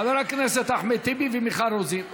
חבר הכנסת אחמד טיבי ומיכל רוזין.